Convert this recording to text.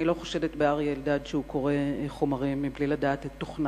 אני לא חושדת באריה אלדד שהוא קורא חומרים מבלי לדעת את תוכנם.